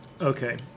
Okay